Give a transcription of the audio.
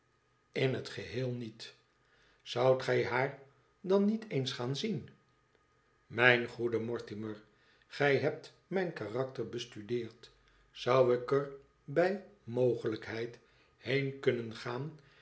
in het geheel niet zoudt gij haar dan niet eens gaan zien mijn goede mortimer gij hebt mijn karakter bestudeerd zou ik er bij mogelijkheid heen kunnnen gaan